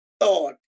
thought